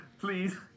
Please